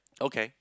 okay